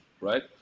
right